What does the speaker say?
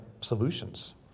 solutions